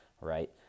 right